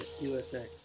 USA